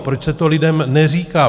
Proč se to lidem neříká?